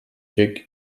check